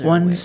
One